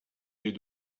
est